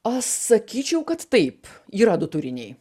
a sakyčiau kad taip yra du turiniai